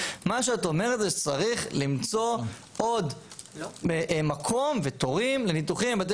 מה שאת אומרת זה שצריך למצוא עוד מקום ותורים לניתוחים בבתי